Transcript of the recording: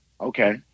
Okay